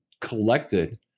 collected